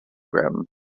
grim